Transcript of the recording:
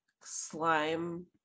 slime